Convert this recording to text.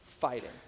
fighting